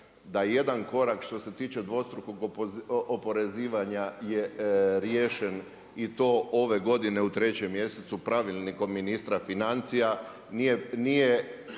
je jedan korak što se tiče dvostrukog oporezivanja je riješen i to ove godine u 3. mjesecu pravilnikom ministra financija, nije